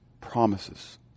promises